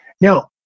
Now